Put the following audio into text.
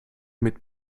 mit